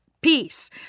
peace